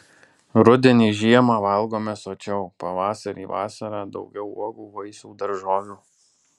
rudenį žiemą valgome sočiau pavasarį vasarą daugiau uogų vaisių daržovių